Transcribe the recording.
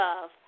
love